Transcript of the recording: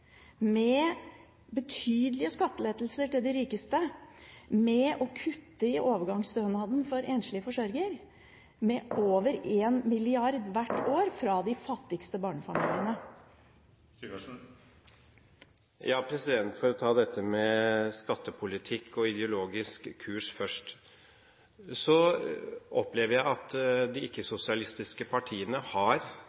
med betydelige skattelettelser til de rikeste og med å kutte i overgangsstønaden for enslige forsørgere med over 1 mrd. kr hvert år, altså fra de fattigste barnefamiliene? For å ta dette med skattepolitikk og ideologisk kurs først: Jeg opplever at de